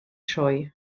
sioe